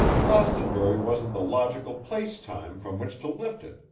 glastonbury wasn't the logical place-time from which to lift it,